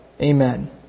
Amen